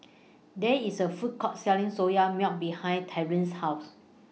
There IS A Food Court Selling Soya Milk behind Trenten's House